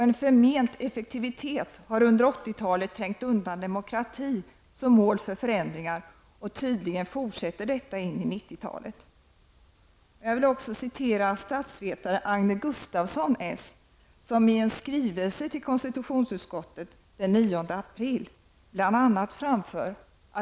En förment effektivitet har under 80-talet trängt undan demokrati som mål för förändringar, och tydligen fortsätter detta in i 90-talet.